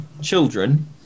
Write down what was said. children